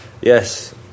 yes